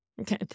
Okay